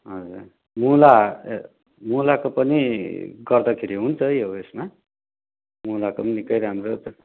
हजुर मुला मुलाको पनि गर्दाखेरि हुन्छ यो ऊ यसमा मुलाको पनि निकै राम्रो